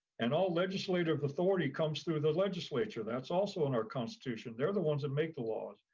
and all legislative authority comes through the legislature that's also in our constitution. they're the ones that make the laws,